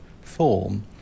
form